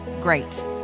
great